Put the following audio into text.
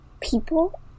people